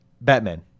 Batman